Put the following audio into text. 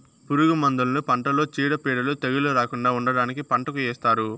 పురుగు మందులను పంటలో చీడపీడలు, తెగుళ్ళు రాకుండా ఉండటానికి పంటకు ఏస్తారు